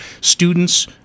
students